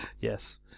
Yes